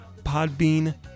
Podbean